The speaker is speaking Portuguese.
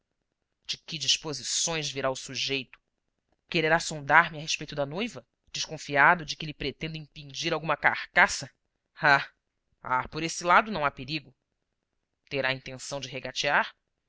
de que disposições virá o sujeito quererá sondar me a respeito da noiva desconfiado de que lhe pretendo impingir alguma carcaça ah ah por este lado não há perigo terá intenção de regatear